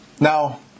Now